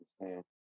understand